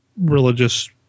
religious